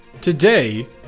Today